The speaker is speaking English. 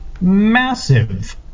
massive